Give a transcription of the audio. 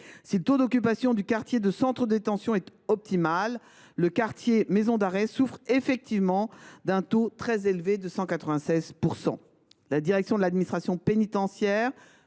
Si le taux d’occupation du quartier centre de détention est optimal, le quartier maison d’arrêt souffre effectivement d’un taux très élevé, soit 196 %. La direction de l’administration pénitentiaire